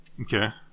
Okay